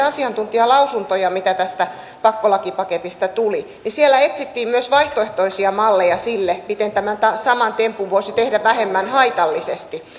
asiantuntijalausuntoja mitä tästä pakkolakipaketista tuli siellä etsittiin myös vaihtoehtoisia malleja sille miten tämän saman tempun voisi tehdä vähemmän haitallisesti